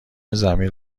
زمین